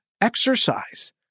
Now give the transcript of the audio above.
exercise